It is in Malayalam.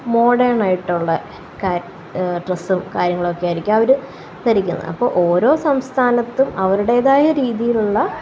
മോഡേണായിട്ടുള്ള ഡ്രെസ്സും കാര്യങ്ങളൊക്കെയായിരിക്കും അവര് ധരിക്കുന്നത് അപ്പോള് ഓരോ സംസ്ഥാനത്തും അവരുടേതായ രീതിയിലുള്ള